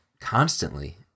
constantly